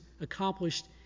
accomplished